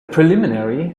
preliminary